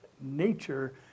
nature